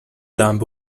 lamb